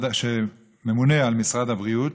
ממונה על משרד הבריאות,